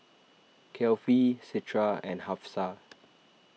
Kefli Citra and Hafsa